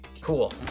Cool